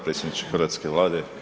Predsjedniče hrvatske Vlade.